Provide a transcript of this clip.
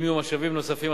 אם יהיו משאבים נוספים,